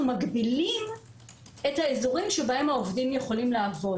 מגבילים את האזורים שבהם העובדים יכולים לעבוד.